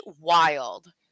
wild